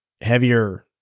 heavier